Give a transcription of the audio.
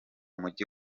mujyi